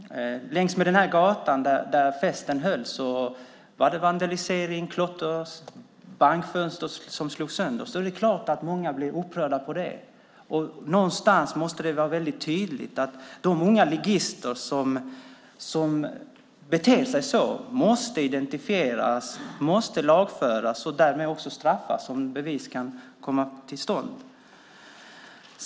Längs den gata där festen hölls var det vandalism, klotter och bankfönster som slogs sönder. Självklart blev många upprörda över det. Det måste vara uttalat att unga ligister som beter sig så måste identifieras, lagföras och straffas om bevis finns.